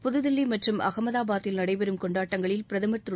புதுதில்லி மற்றும் அஹமதாபாதில் நடைபெறும் கொண்டாட்டங்களில் பிரதமர் திரு